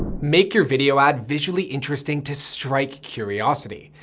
make your video ad visually interesting to strike curiosity.